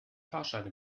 fahrscheine